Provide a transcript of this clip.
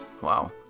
Wow